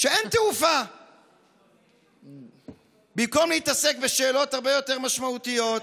כשאין תעופה במקום להתעסק בשאלות הרבה יותר משמעותיות?